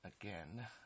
again